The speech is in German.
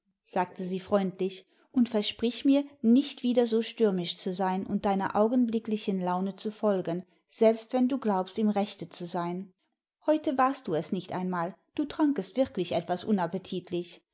sagte sie freundlich und versprich mir nicht wieder so stürmisch zu sein und deiner augenblicklichen laune zu folgen selbst wenn du glaubst im rechte zu sein heute warst du es nicht einmal du trankest wirklich etwas